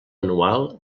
anual